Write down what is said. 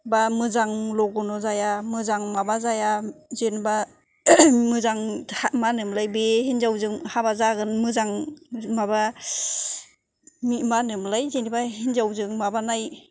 बा मोजां लग्न' जाया मोजां माबा जाया जेनेबा मोजां मा होनोमोनलाय बे हाबा जागोन हिनजावजों मोजां माबा मा होनोमोनलाय जेनेबा हिनजावजों माबानाय